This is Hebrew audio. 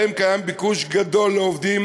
שבהם קיים ביקוש גדול לעובדים